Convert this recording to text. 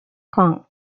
kong